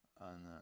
on